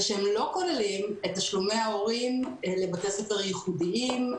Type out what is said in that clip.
ושהם לא כוללים את תשלומי ההורים לבתי ספר ייחודיים,